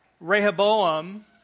Rehoboam